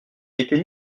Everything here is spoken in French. été